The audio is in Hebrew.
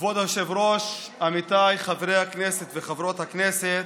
כבוד היושב-ראש, עמיתיי חברי הכנסת וחברות הכנסת,